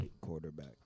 Quarterback